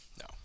No